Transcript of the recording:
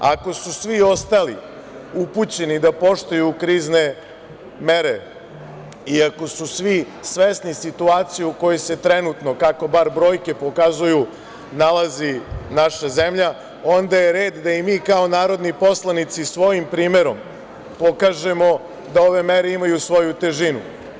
Ako su svi ostali upućeni da poštuju krizne mere i ako su svi svesni situacije u kojoj se trenutno, kako bar brojke pokazuju, nalazi naša zemlja, onda je red da i mi kao narodni poslanici svojim primerom pokažemo da ove mere imaju svoju težinu.